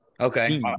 Okay